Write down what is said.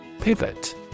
Pivot